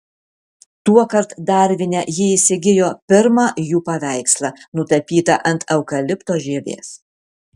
tuokart darvine ji įsigijo pirmą jų paveikslą nutapytą ant eukalipto žievės